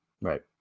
Right